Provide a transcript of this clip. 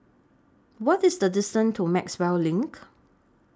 What IS The distance to Maxwell LINK